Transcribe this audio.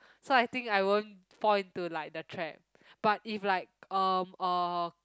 so I think I won't point to like the trap but if like um uh